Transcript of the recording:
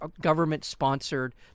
government-sponsored